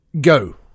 Go